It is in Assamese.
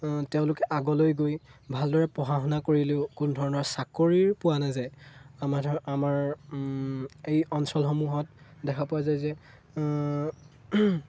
তেওঁলোকে আগলৈ গৈ ভালদৰে পঢ়া শুনা কৰিলেও কোনো ধৰণৰ চাকৰি পোৱা নাযায় আমাৰ আমাৰ এই অঞ্চলসমূহত দেখা পোৱা যায় যে